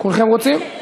כולם רוצים.